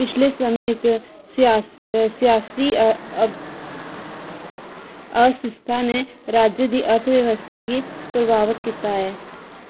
पिछले समें च सियास सियासी अह असिस्ता ने राज्य दी अर्थव्यवस्थआ गी प्रवावत कीता ऐ